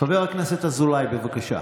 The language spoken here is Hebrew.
חבר הכנסת אזולאי, בבקשה.